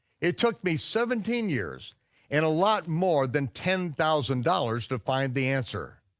it took me seventeen years and a lot more than ten thousand dollars to find the answer,